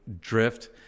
drift